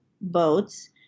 boats